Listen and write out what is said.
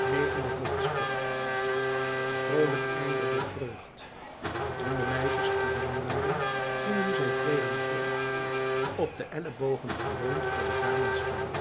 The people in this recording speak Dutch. negende hoofdstuk vroolijk einde der vreugd toen de meisjes alleen waren gingen zij twee aan twee op de ellebogen geleund voor de ramen staan